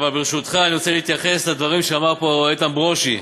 אבל ברשותך אני רוצה להתייחס לדברים שאמר כאן איתן ברושי.